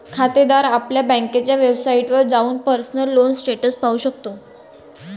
खातेदार आपल्या बँकेच्या वेबसाइटवर जाऊन पर्सनल लोन स्टेटस पाहू शकतो